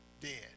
dead